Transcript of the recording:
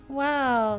Wow